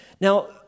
Now